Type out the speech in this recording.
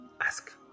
ask